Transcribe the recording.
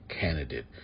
candidate